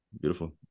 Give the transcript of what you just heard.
Beautiful